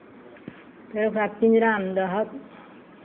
फेर ओकरा पिंजरामे दहक